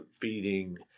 feeding